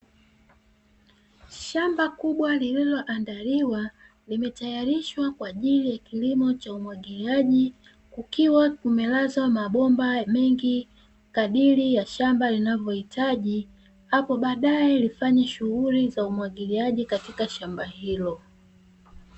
Shamba kubwa lililoandaliwa limetayarishwa kwa ajili ya kilimo cha umwagiliaji, kukiwa kumelazwa mabomba mengi kadri ya shamba linavyohitaji; hapo baadaye lifanye shughuli za umwagiliaji katika shamba hilo.